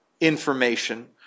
information